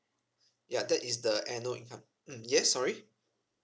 ya that is the annual income mm yes sorry